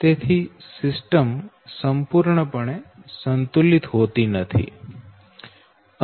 તેથી સિસ્ટમ સંપૂર્ણપણે સંતુલિત હોતી નથી